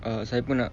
err saya pun nak